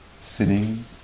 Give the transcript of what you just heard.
sitting